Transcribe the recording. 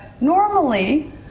normally